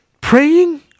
Praying